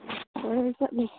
ꯆꯠꯅꯤ